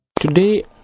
Today